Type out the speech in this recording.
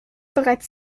bereits